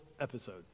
episode